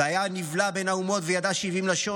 והיה נבלע בין האומות וידע שבעים לשון,